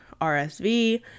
RSV